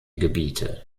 gebiete